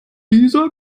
dieser